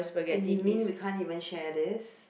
and you mean we can't even share this